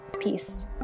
Peace